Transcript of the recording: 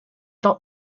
dot